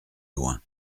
loin